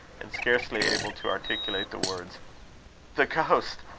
and scarcely able to articulate the words the ghost!